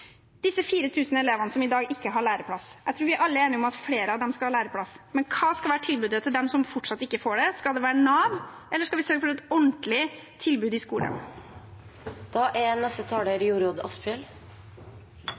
Disse 4 000 elevene som i dag ikke har læreplass – jeg tror vi alle er enige om at flere av dem skal ha læreplass, men hva skal være tilbudet til dem som fortsatt ikke får det? Skal det være Nav, eller skal vi sørge for et ordentlig tilbud i skolen?